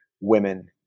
women